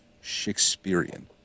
Shakespearean